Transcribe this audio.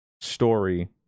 story